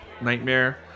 nightmare